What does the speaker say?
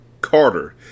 Carter